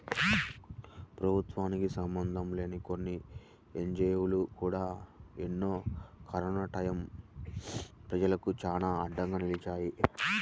ప్రభుత్వానికి సంబంధం లేని కొన్ని ఎన్జీవోలు కూడా మొన్న కరోనా టైయ్యం ప్రజలకు చానా అండగా నిలిచాయి